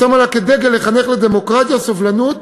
והיא שמה לה כדגל לחנך לדמוקרטיה, לסובלנות